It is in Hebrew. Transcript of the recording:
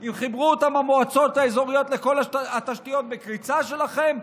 אם חיברו אותם המועצות האזוריות לכל התשתיות בקריצה שלכם,